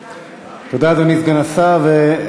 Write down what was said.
תודה, אדוני סגן השר.